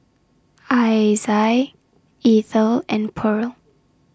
Isai Ethyl and Purl